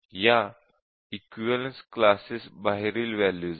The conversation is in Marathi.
या इक्विवलेन्स क्लासेस बाहेरील वॅल्यूज आहेत